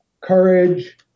courage